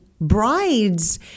brides